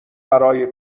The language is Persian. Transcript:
برای